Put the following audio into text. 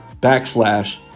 backslash